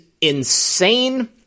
insane